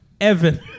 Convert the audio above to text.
Evan